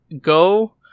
go